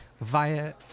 via